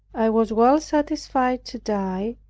i was well satisfied to die,